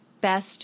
best